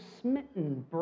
smitten